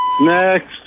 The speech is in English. Next